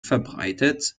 verbreitet